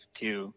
two –